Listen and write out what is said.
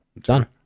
Done